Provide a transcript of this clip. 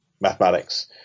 mathematics